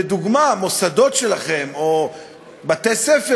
לדוגמה המוסדות שלכם או בתי-ספר